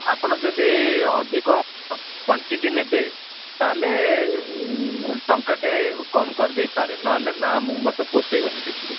ଆପଣ ଯଦି ଅଧିକ କ୍ଵାଣ୍ଟିଟି ନେବେ ତାହେଲେ ଟଙ୍କାଟେ କମ୍ କରିଦେଇପାରେ ନହେଲେ ନା ମୁଁ ମୋତେ ପୋଷେଇବନି କିଛି ବି